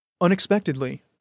Unexpectedly